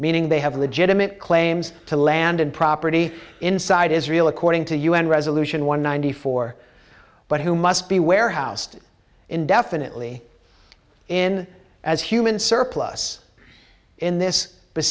meaning they have legitimate claims to land and property inside israel according to un resolution one ninety four but who must be warehoused indefinitely in as human surplus in this